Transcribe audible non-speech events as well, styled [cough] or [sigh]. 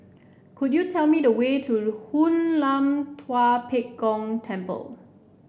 could you tell me the way to [unintelligible] Hoon Lam Tua Pek Kong Temple